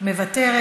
מוותרת.